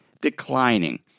declining